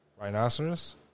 rhinoceros